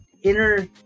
inner